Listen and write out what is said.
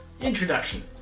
introduction